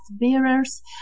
bearers